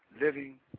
living